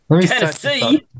Tennessee